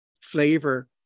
flavor